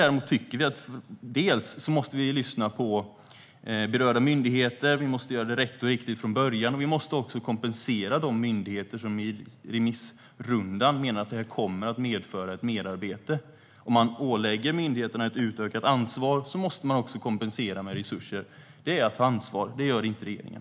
Däremot tycker vi att vi måste dels lyssna på berörda myndigheter, dels göra rätt och riktigt från början och dels kompensera de myndigheter som i remissrundan menat att ratificeringen kommer att medföra ett merarbete. Om man ålägger myndigheterna ett utökat ansvar måste man också kompensera med resurser. Det är att ta ansvar, och det gör inte regeringen.